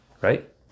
Right